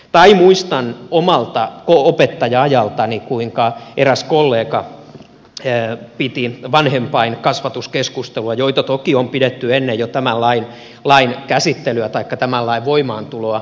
muistan omalta opettaja ajaltani kuinka eräs kollega piti vanhempain kasvatuskeskustelua joita toki on pidetty jo ennen tämän lain käsittelyä taikka tämän lain voimaantuloa